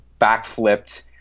backflipped